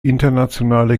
internationale